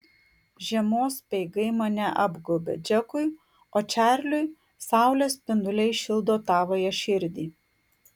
žiemos speigai mane apgaubia džekui o čarliui saulės spinduliai šildo tavąją širdį